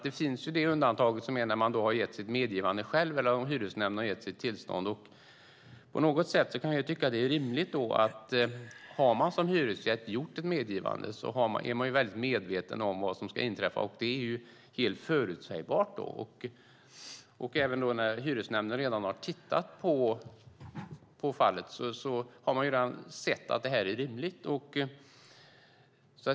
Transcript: Det finns ett undantag om man själv har gett sitt medgivande eller om hyresnämnden har gett sitt tillstånd. Har man som hyresgäst gjort ett medgivande är man väl medveten om vad som ska inträffa. Då är det helt förutsägbart, och det kan jag tycka är rimligt. Även i de fall där hyresnämnden har gett sitt tillstånd har man redan tittat på fallet och sett att det hela är rimligt.